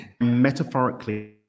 metaphorically